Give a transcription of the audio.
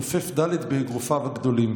נופף ד' באגרופיו הגדולים.